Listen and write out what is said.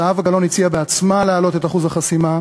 זהבה גלאון הציעה בעצמה להעלות את אחוז החסימה.